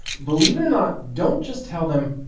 believe it or not, don't just tell them,